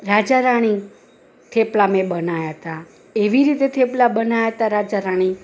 રાજા રાણી થેપલા મેં બનાવ્યા હતા એવી રીતે થેપલા બનાવ્યા હતા રાજા રાણી